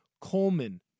Coleman